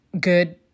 good